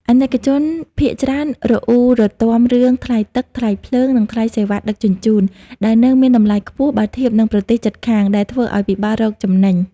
អាណិកជនភាគច្រើនរអ៊ូរទាំរឿង "ថ្លៃទឹក ថ្លៃភ្លើង និងថ្លៃសេវាដឹកជញ្ជូន" ដែលនៅមានតម្លៃខ្ពស់ បើធៀបនឹងប្រទេសជិតខាង ដែលធ្វើឱ្យពិបាករកចំណេញ។